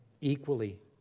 equally